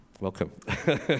Welcome